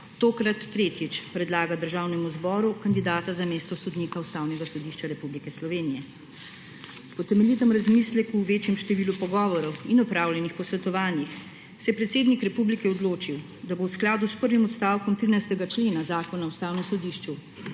tokrat tretjič predlaga Državnemu zboru kandidata za mesta sodnika Ustavnega sodišča Republike Slovenije. Po temeljitem razmisleku, večjem številu pogovorov in opravljenih posvetovanjih se je predsednik republike odločil, da bo v skladu s prvim odstavkom 13. člena Zakona o Ustavnem sodišču,